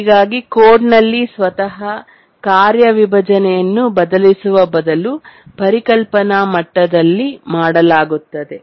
ಹೀಗಾಗಿ ಕೋಡ್ ನಲ್ಲಿ ಸ್ವತಃ ಕಾರ್ಯ ವಿಭಜನೆಯನ್ನು ಬದಲಿಸುವ ಬದಲು ಪರಿಕಲ್ಪನಾ ಮಟ್ಟದಲ್ಲಿ ಮಾಡಲಾಗುತ್ತದೆ